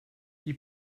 die